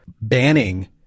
banning